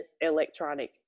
electronic